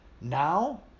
Now